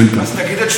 אז תגיד את שמו.